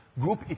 group